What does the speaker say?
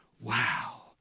Wow